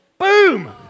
Boom